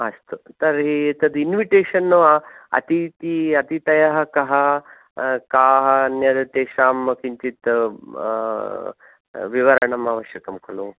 अस्तु तर्हि तद् इन्विटेशन् अतिथि अतिथयः कः काः अन्यत् तेषां किञ्चित् विवरणम् आवश्यकं खलु